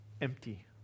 empty